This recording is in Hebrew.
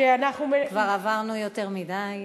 שאנחנו, כבר עברנו יותר מדי.